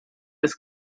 des